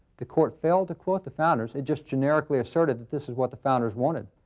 the court failed to quote the founders and just generically asserted that this is what the founders wanted.